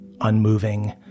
unmoving